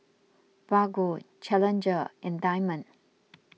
Bargo Challenger and Diamond